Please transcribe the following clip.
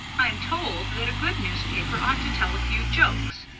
i'm told that a good newspaper ought to tell a few jokes,